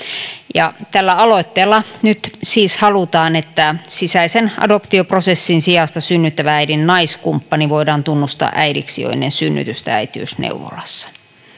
tällä aloitteella nyt siis halutaan että sisäisen adoptioprosessin sijasta synnyttävän äidin naiskumppani voidaan tunnustaa äidiksi jo ennen synnytystä äitiysneuvolassa